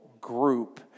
group